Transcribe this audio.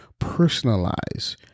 personalize